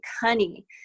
honey